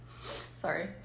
Sorry